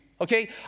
okay